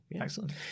Excellent